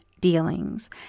dealings